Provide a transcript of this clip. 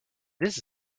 this